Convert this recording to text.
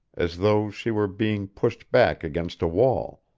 as though she were being pushed back against a wall.